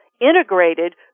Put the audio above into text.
integrated